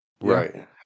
Right